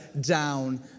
down